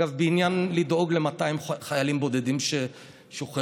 אגב, בעניין דאגה ל-200 חיילים בודדים ששוחררו.